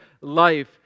life